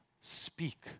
speak